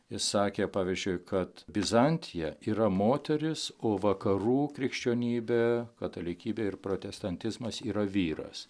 jis sakė pavyzdžiui kad bizantija yra moteris o vakarų krikščionybė katalikybė ir protestantizmas yra vyras